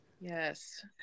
Yes